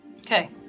Okay